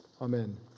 Amen